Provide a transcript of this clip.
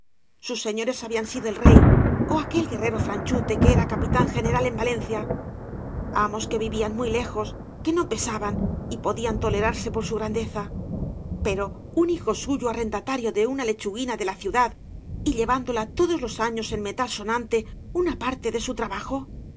sus señores habían sido el rey ó aquel guerrero franchute que era capitán gene ral en valencia amos que vivían muy lejos que no pesaban y podían tolerarse por su grandeza pero un hijo suyo arrendatario de una lechuguina de la ciudad y llevándola todos los años en metal sonante una parte de su trabajo